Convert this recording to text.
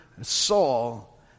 Saul